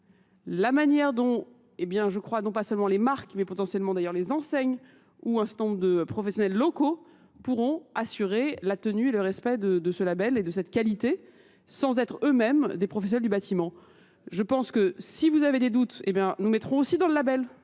la manière dont, et bien je crois non pas seulement les marques mais potentiellement d'ailleurs les enseignes ou un certain nombre de professionnels locaux pourront assurer la tenue et le respect de ce label et de cette qualité sans être eux-mêmes des professionnels du bâtiment. Je pense que si vous avez des doutes, et bien nous mettrons aussi dans le label,